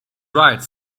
right